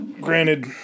Granted